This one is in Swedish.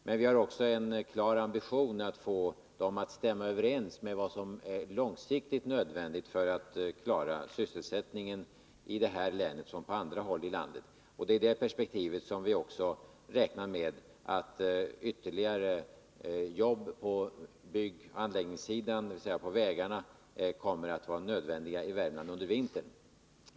Men vi har också en klar ambition att få satsningarna att stämma överens med vad som är långsiktigt nödvändigt för att klara sysselsättningen i Värmlands län liksom på andra håll i landet. Det är i det perspektivet vi också räknar med att ytterligare jobb på byggoch anläggningssidan, dvs. på vägarna, kommer att vara nödvändiga i Värmland under vintern.